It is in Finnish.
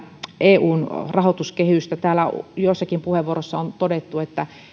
eun rahoituskehystä täällä joissakin puheenvuoroissa on kysytty